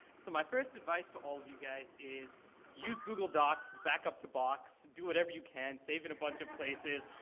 so my first advice to all of you guys is use google docs, back up to box, do whatever you can, save in a bunch of places.